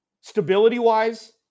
Stability-wise